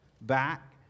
back